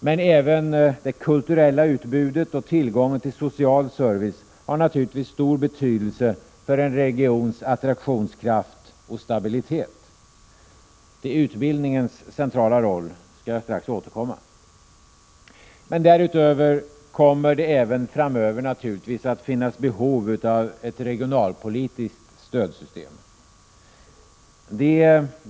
Men även det kulturella utbudet och tillgången till social service har naturligtvis stor betydelse för en regions attraktionskraft och stabilitet. Till utbildningens centrala roll skall jag strax återkomma. Därutöver kommer det naturligtvis även framöver att finnas behov av ett regionalpolitiskt stödsystem.